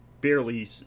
barely